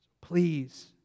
please